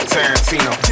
Tarantino